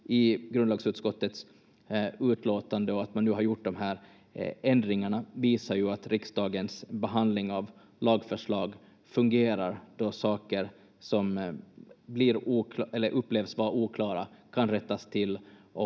i grundlagsutskottets utlåtande. Att man nu har gjort de här ändringarna visar ju att riksdagens behandling av lagförslag fungerar, då saker som upplevs vara oklara kan rättas till